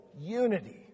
unity